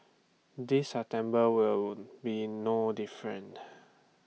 this September will be no different